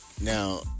Now